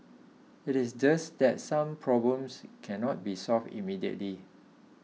it is just that some problems cannot be solved immediately